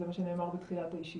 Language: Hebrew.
זה מה שנאמר בתחילת הישיבה.